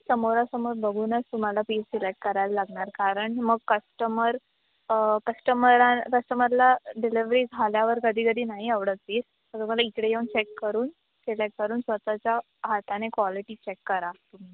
समोरासमोर बघूनच तुम्हाला पीस सिलेक्ट करायला लागणार कारण मग कस्टमर कस्टमरा कस्टमरला डिलेवरी झाल्यावर कधी कधी नाही आवडत पीस तर तुम्हाला इकडे येऊन चेक करून सिलेक्ट करून स्वतःच्या हाताने क्वालिटी चेक करा तुम्ही